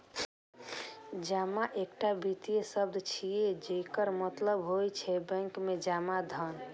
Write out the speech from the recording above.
जमा एकटा वित्तीय शब्द छियै, जकर मतलब होइ छै बैंक मे जमा धन